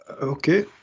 Okay